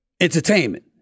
Entertainment